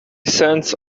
cents